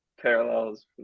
parallels